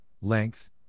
length